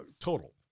Total